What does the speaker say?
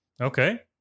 Okay